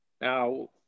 now